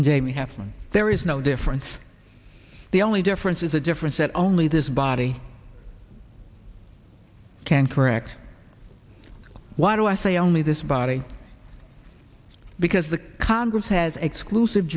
and jamie halfman there is no difference the only difference is a difference that only this body can correct why do i say only this body because the congress has exclusive